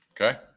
Okay